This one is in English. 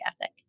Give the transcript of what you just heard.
ethic